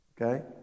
Okay